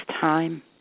time